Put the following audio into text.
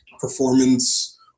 performance